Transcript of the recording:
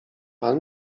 pan